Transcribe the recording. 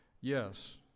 Yes